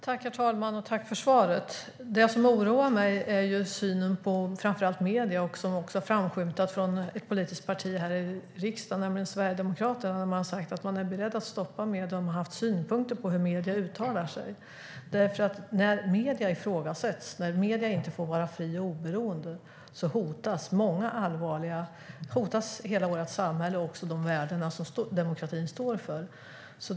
Herr talman! Jag tackar för svaret. Det som oroar mig är synen på framför allt medier som har framskymtat också från ett politiskt parti här i riksdagen, nämligen Sverigedemokraterna. Man har sagt att man är beredd att stoppa medier, och man har haft synpunkter på hur medierna uttalar sig. När medierna ifrågasätts och inte får vara fria och oberoende hotas hela vårt samhälle och också de värden demokratin står för.